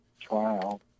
trial